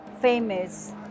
famous